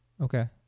Okay